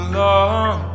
long